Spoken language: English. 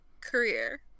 career